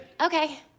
Okay